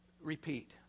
repeat